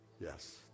Yes